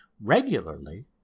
Regularly